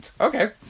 Okay